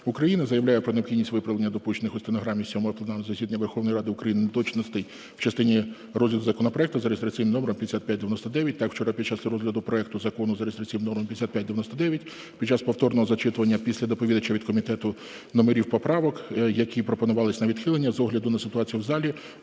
України заявляю про необхідність виправлення допущених у стенограмі сьомого пленарного засідання Верховної Ради України неточностей в частині розділу законопроекту за реєстраційним номером 5599. Так вчора під час розгляду проекту закону за реєстраційним номером 5599 під час повторного зачитування після доповідача від комітету номерів поправок, які пропонувалися на відхилення, з огляду на ситуацію в залі,